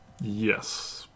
Yes